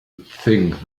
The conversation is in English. think